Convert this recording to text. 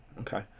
okay